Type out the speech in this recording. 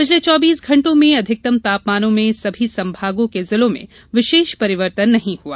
पिछले चौबीस घंटों में अधिकतम तापमानों में सभी संभागों के जिलों में विशेष परिवर्तन नही हुआ